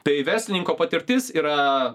tai verslininko patirtis yra